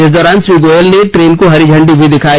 इस दौरान श्री गोयल ने ट्रेन को हरी झंडी भी दिखाई